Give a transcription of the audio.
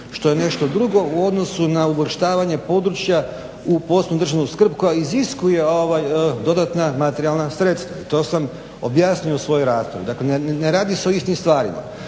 što je nešto drugo u odnosu na uvrštavanje područja u posebnu državnu skrb koja iziskuje dodatna materijalna sredstva i to sam objasnio u svojoj raspravi. Dakle ne radi se o istim stvarima.